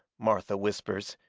martha whispers,